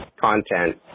content